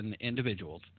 individuals